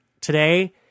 today